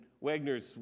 Wagner's